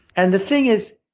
and the thing is,